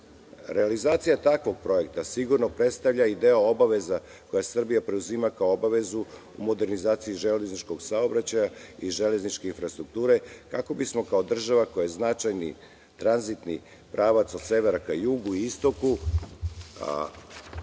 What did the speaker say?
problem. Realizacija takvog projekta sigurno predstavlja i deo obaveza koje Srbija preuzima kao obavezu u modernizaciji železničkog saobraćaja i železničke infrastrukture, kako bismo kao država koja je značajni tranzitni pravac od severa ka jugu i istoku